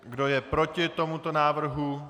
Kdo je proti tomuto návrhu?